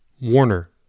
Warner